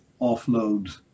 offload